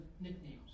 nicknames